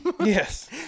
yes